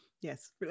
Yes